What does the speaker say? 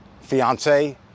fiance